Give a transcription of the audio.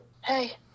Hey